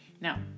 Now